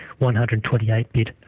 128-bit